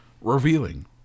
Revealing